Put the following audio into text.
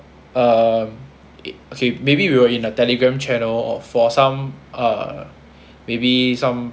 um okay maybe we were in a Telegram channel or for some err maybe some